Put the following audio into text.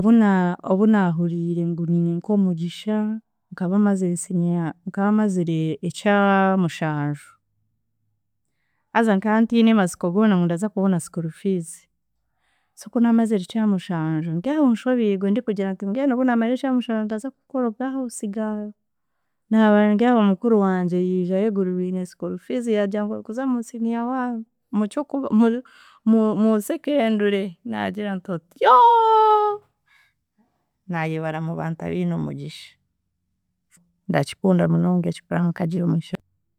Obuna obunahuriire ngu ni nk'omugisha, nkaba mazire siniya nkamazire ekyamushanju, haza nkaba ntine amasiko goona ngu daza kubona school fees, so kunamazire ekyamushanju ndyaho nshobigwe ndikugira bwenu obunamara ekyamushanju ndaza kukora obwa house girl, naba ndyaho mukuru wangye yija ayegurubiine school fees yagira ngu orikuza mu senior one, mu- mu secondary naagira nti otyo, nayebara mubantu abine omugisha, ndakikunda munonga ekyo kureeba ngu nkagira omugisha.